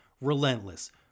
relentless